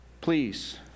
Please